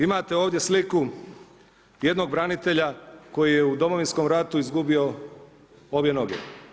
Imate ovdje sliku jednog branitelja koji je u Domovinskom ratu izgubio obje noge.